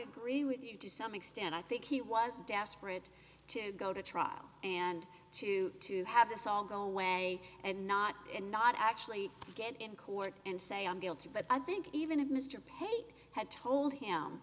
agree with you to some extent i think he was desperate to go to trial and to to have this all go away and not in not actually get in court and say i'm guilty but i think even if mr pate had told him